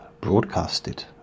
broadcasted